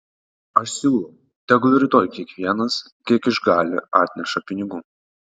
aš siūlau tegul rytoj kiekvienas kiek išgali atneša pinigų